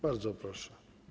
Bardzo proszę.